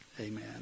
Amen